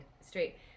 straight